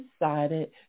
decided